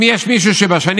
אם יש מישהו שבשנים